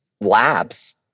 labs